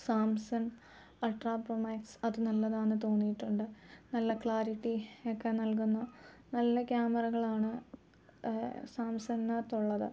Samson ultra pro max അത് നല്ലതാണെന്ന് തോന്നിയിട്ടുണ്ട് നല്ല ക്ലാരിറ്റി ഒക്കെ നൽകുന്നു നല്ല ക്യാമറകളാണ് സാംസങ്ങിനകത്ത് ഉള്ളത്